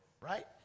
Right